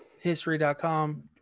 history.com